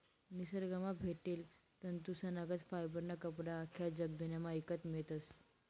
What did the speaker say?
निसरगंमा भेटेल तंतूसनागत फायबरना कपडा आख्खा जगदुन्यामा ईकत मियतस